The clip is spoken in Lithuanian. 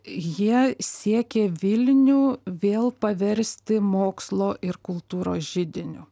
jie siekė vilnių vėl paversti mokslo ir kultūros židiniu